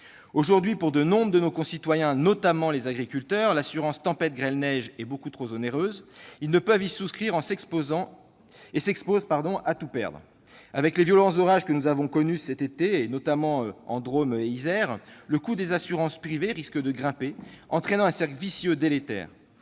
Aujourd'hui, pour nombre de nos concitoyens, notamment les agriculteurs, l'assurance tempête, grêle, neige est beaucoup trop onéreuse. Ils ne peuvent y souscrire et s'exposent à tout perdre. Avec les violents orages que nous avons connus cet été, notamment en Drôme et en Isère, le coût des assurances privées risque de grimper, entraînant un cercle vicieux délétère.